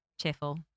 cheerful